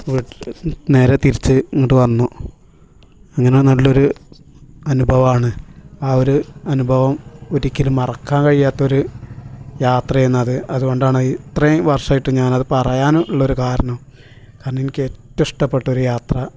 വീട്ടിൽ നേരെ തിരിച്ച് ഇങ്ങട്ട് വന്നു അങ്ങനെ നല്ലൊരു അനുഭവമാണ് ആ ഒരു അനുഭവം ഒരിക്കലും മറക്കാൻ കഴിയാത്തോരു യാത്രയായിരുന്ന് അത് അതുകൊണ്ടാണ് ഇത്രേം വർഷമായിട്ട് ഞാൻ അത് പറയാനും ഉള്ളൊരു കാരണം കാരണം എനിക്ക് ഏറ്റോം ഇഷ്ടപെട്ട ഒരു യാത്ര